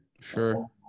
Sure